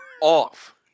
off